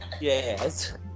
Yes